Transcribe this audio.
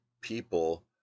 people